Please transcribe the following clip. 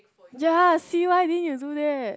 ya see why didn't you do that